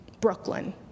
Brooklyn